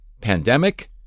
pandemic